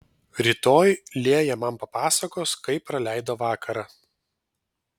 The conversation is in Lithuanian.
rytoj lėja man papasakos kaip praleido vakarą